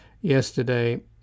yesterday